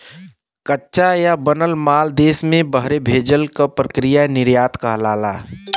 कच्चा या बनल माल देश से बहरे भेजे क प्रक्रिया निर्यात कहलाला